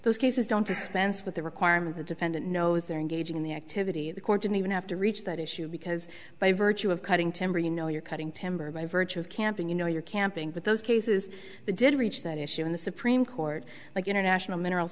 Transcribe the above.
those cases don't dispense with the requirement the defendant knows they're engaging in the activity the court didn't even have to reach that issue because by virtue of cutting timber you know you're cutting timber by virtue of camping you know you're camping but those cases they did reach that issue in the supreme court like international minerals